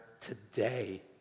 today